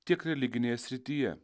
tiek religinėje srityje